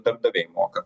darbdaviai moka